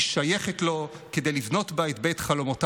היא שייכת לו כדי לבנות בה את בית חלומותיו,